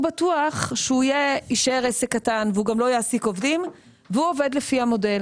בטוח שהוא יישאר עסק קטן והוא גם לא יעסיק עובדים והוא עובד לפי המודל